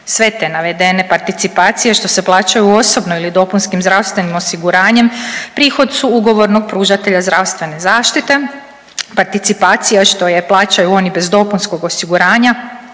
Sve te navedene participacije što se plaćaju osobno ili dopunskim zdravstvenim osiguranjem prihod su ugovornog pružatelja zdravstvene zaštite. Participacija što je plaćaju oni vez dopunskog osiguranja